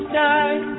die